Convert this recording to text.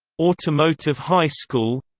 automotive high school